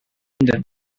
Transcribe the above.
them